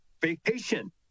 vacation